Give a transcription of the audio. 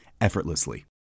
effortlessly